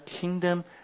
kingdom